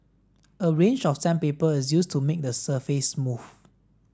a range of sandpaper is used to make the surface smooth